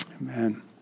Amen